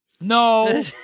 No